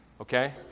Okay